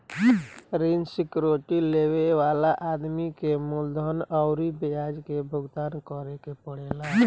ऋण सिक्योरिटी लेबे वाला आदमी के मूलधन अउरी ब्याज के भुगतान करे के पड़ेला